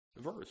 verse